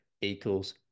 equals